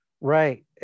Right